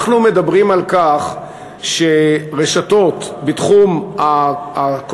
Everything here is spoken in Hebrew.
אנחנו מדברים על כך שרשתות בתחום הקוסמטיקה,